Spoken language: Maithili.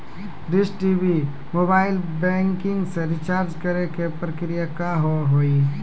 डिश टी.वी मोबाइल बैंकिंग से रिचार्ज करे के प्रक्रिया का हाव हई?